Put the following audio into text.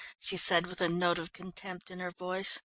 she said with a note of contempt in her voice.